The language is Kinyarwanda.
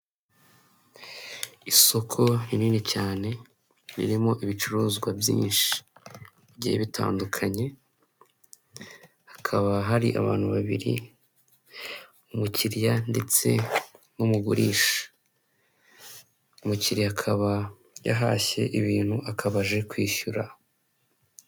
iyi ni inzu nziza yo mu bwoko bwa etaje igerekeranyijemo inshuro ebyiri igizwe n'amabara y'umuhondo amadirishya ni umukara n'inzugi nuko ifite imbuga nini ushobora gukiniramo wowe nabawe mwishimana.